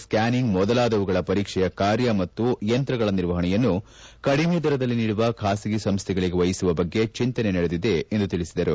scanning ಮೊದಲಾದವುಗಳ ಪರೀಕ್ಷೆಯ ಕಾರ್ಯ ಮತ್ತು ಯಂತ್ರಗಳ ನಿರ್ವಹಣೆಯನ್ನು ಕಡಿಮೆ ದರದಲ್ಲಿ ನೀಡುವ ಖಾಸಗಿ ಸಂಸ್ಥೆಗಳಿಗೆ ವಹಿಸುವ ಬಗ್ಗೆ ಚಿಂತನೆ ನಡೆದಿದೆ ಎಂದು ತಿಳಿಸಿದರು